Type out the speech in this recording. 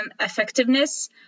effectiveness